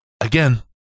again